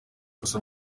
gusa